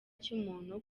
cy’umuntu